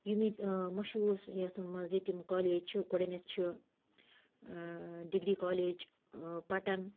یِم ییٚتہِ مَشہوٗر یَتھ منٛز ییٚتہِ یِم کالیج چھِ گۄڈٕنٮ۪تھ چھِ ڈِگری کالیج پٹَن